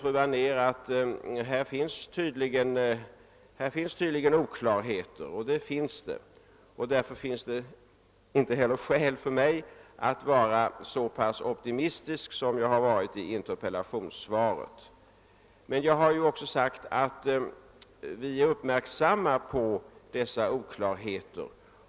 Fru Anér invänder nu att det tydligen föreligger oklarheter och att det därför inte skulle finnas skäl för mig att vara så optimistisk som jag har varit 1 interpellationssvaret. Jag har emellertid också sagt att vi har uppmärksammat dessa oklarheter.